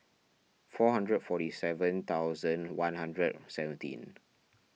four hundred and forty seven thousand one hundred and seventeen